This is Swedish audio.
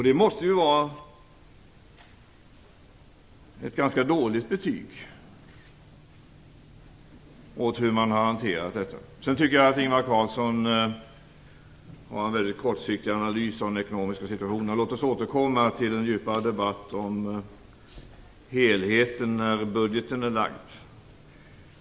Det måste vara ett ganska dåligt betyg åt hur man har hanterat detta. Jag tycker vidare att Ingvar Carlsson gör en mycket kortsiktig analys av den ekonomiska situationen. Låt oss återkomma till en djupare debatt om helheten när budgeten är framlagd.